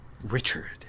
Richard